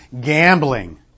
gambling